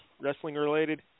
wrestling-related